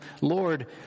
Lord